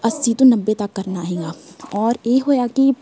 ਅੱਸੀ ਤੋਂ ਨੱਬੇ ਤੱਕ ਕਰਨਾ ਸੀਗਾ ਔਰ ਇਹ ਹੋਇਆ ਕਿ